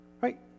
Right